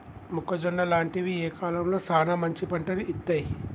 మొక్కజొన్న లాంటివి ఏ కాలంలో సానా మంచి పంటను ఇత్తయ్?